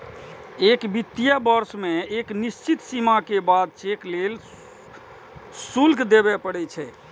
एक वित्तीय वर्ष मे एक निश्चित सीमा के बाद चेक लेल शुल्क देबय पड़ै छै